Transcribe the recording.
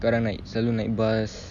sekarang naik selalu naik bus